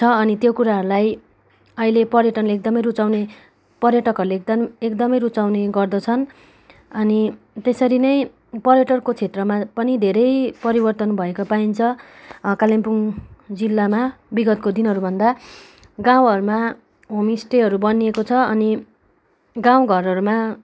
छ अनि त्यो कुराहरूलाई अहिले पर्यटनले एकदमै रुचाउने पर्यटकहरूले एकदम एकदमै रूचाउने गर्दछन् अनि त्यसरी नै पर्यटनको क्षेत्रमा पनि धेरै परिवर्तन भएको पाइन्छ कालिम्पोङ जिल्लामा बिगतको दिनहरूभन्दा गाउँहरूमा होमस्टेहरू बनिएको छ अनि गाउँ घरहरूमा